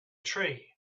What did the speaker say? tree